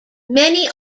many